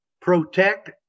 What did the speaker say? protect